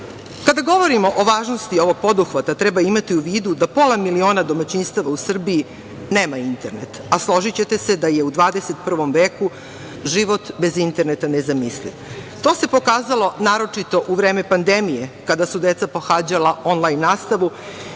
govorimo o važnosti ovog poduhvata treba imati u vidu da pola miliona domaćinstava u Srbiji nemaju internet, a složićete se da je u 21. veku život bez interneta nezamisliv. To se pokazalo naročito u vreme pandemije kada su deca pohađala onlajn nastavu